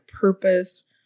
purpose